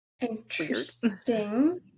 Interesting